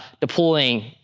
deploying